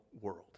world